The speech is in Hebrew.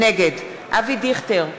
נגד אבי דיכטר,